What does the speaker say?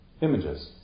Images